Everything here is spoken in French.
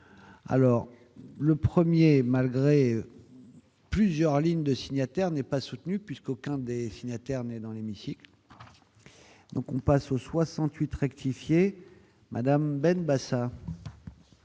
alors le 1er malgré plusieurs lignes de signataires n'ait pas soutenu, puisqu'aucun des signataires n'est dans l'hémicycle, donc on passe au 68 rectifier Madame Ben Basat.